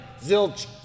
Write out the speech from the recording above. Zilch